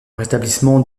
rétablissement